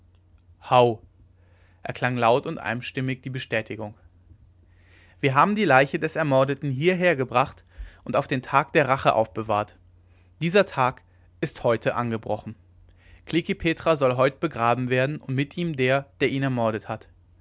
howgh erklang laut und einstimmig diese bestätigung wir haben die leiche des ermordeten hierhergebracht und auf den tag der rache aufbewahrt dieser tag ist heut angebrochen klekih petra soll heut begraben werden und mit ihm der der ihn ermordet hat